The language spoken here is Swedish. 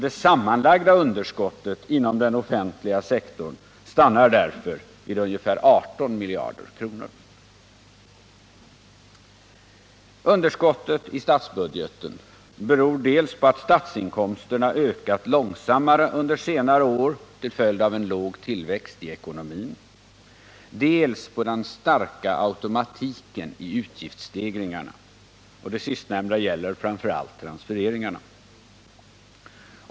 Det sammanlagda underskottet inom den offentliga sektorn stannar därför vid ungefär 18 miljarder kronor. Underskottet i statsbudgeten beror dels på att statsinkomsterna ökat långsammare under senare år till följd av en låg tillväxt i ekonomin, dels på den starka automatiken i utgiftsstegringarna. Det sistnämnda gäller framför allt transfereringarna.